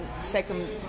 Second